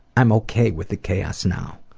i'm okay with the chaos now.